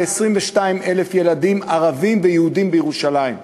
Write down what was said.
ל-22,000 ילדים ערבים ויהודים בירושלים,